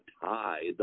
tie